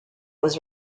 was